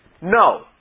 No